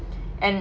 and